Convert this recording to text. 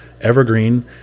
evergreen